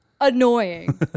annoying